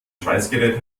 schweißgerät